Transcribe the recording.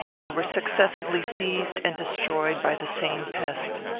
they were successively seized and destroyed by the same pest.